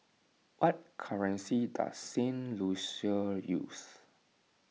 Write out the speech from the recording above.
what currency does Saint Lucia use